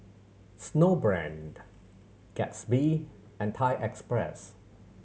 Snowbrand Gatsby and Thai Express